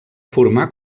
formar